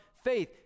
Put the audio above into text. Faith